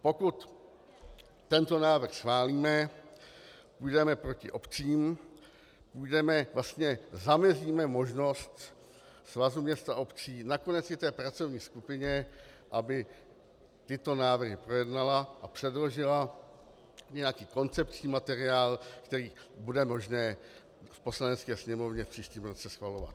Pokud tento návrh schválíme, půjdeme proti obcím, vlastně zamezíme možnost Svazu měst a obcí, nakonec i pracovní skupině, aby tyto návrhy projednala a předložila nějaký koncepční materiál, který bude možné v Poslanecké sněmovně v příštím roce schvalovat.